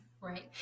Right